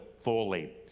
fully